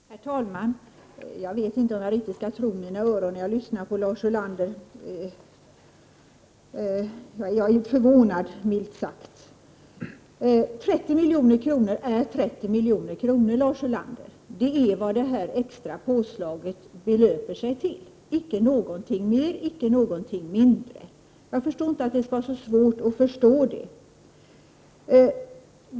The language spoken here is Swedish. Herr talman! Jag vet inte riktigt om jag skall tro mina öron när jag lyssnar på Lars Ulander. Jag är förvånad, minst sagt. 30 milj.kr. är 30 milj.kr., Lars Ulander. Det är vad det extra påslaget belöper sig till — icke något mer, icke något mindre. Jag förstår inte att det skall vara så svårt att förstå detta.